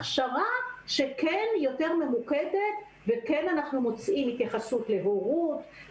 ניתנת הכשרה שהיא יותר ממוקדת ואנחנו מוצאים בה התייחסות להורות,